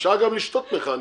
אפשר גם לשתות מים מכני.